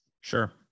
Sure